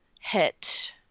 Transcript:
hit